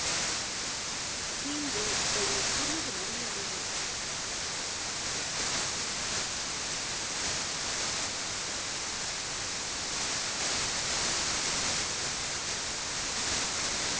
el misterio de maría